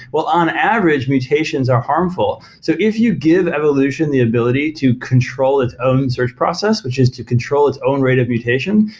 well, on average, mutations are harmful. so if you give evolution the ability to control its own search process, which is to control its own rate of mutation,